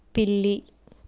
పిల్లి